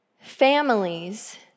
Families